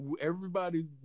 everybody's